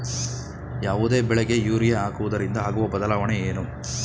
ಯಾವುದೇ ಬೆಳೆಗೆ ಯೂರಿಯಾ ಹಾಕುವುದರಿಂದ ಆಗುವ ಬದಲಾವಣೆ ಏನು?